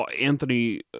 Anthony